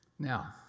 Now